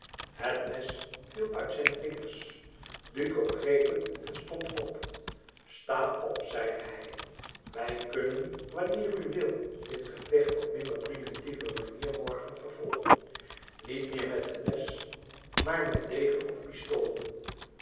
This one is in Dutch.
het mes viel uit zijn vingers duco greep het en stond op sta op zeide hij wij kunnen wanneer u wil dit gevecht op minder primitieve manier morgen vervolgen niet meer met een mes maar met degen of pistool